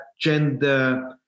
gender